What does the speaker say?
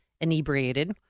inebriated